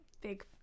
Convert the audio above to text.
big